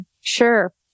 sure